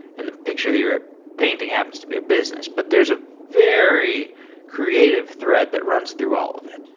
and the picture that you're painting happens to be a business. but there's a very creative thread that runs through all of it.